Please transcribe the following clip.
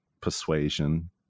persuasion